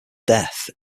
death